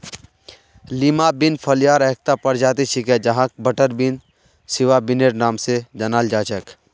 Lima bean फलियार एकता प्रजाति छिके जहाक बटरबीन, सिवा बिनेर नाम स जानाल जा छेक